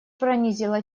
пронизала